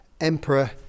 emperor